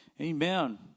Amen